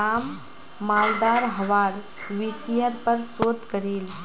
राम मालदार हवार विषयर् पर शोध करील